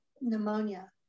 pneumonia